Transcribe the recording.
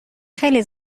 خیلی